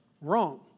wrong